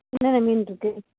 என்னென்ன மீன்ருக்கு